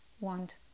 want